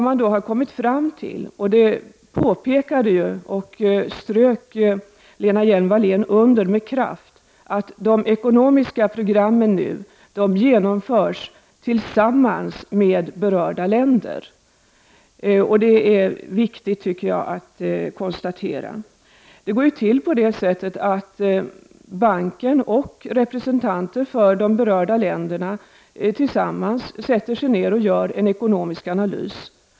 Lena Hjelm-Wallén påpekade och underströk med kraft att man kommit fram till att de ekonomiska programmen nu genomförs med berörda länder. Det är viktigt att konstatera, tycker jag. Det går till så att banken och representanter för de berörda länderna tillsammans sätter sig ner och gör en ekonomisk analys.